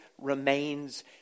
remains